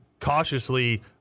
cautiously